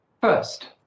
First